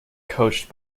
coached